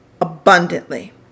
abundantly